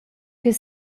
ch’ei